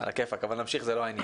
אבל נמשיך, זה לא העניין.